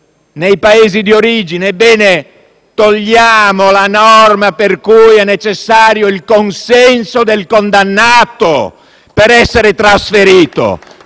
nei Paesi di origine. Ebbene, eliminiamo la norma per cui è necessario il consenso del condannato per essere trasferito.